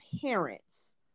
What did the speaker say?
parents